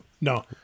No